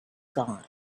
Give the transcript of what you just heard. gone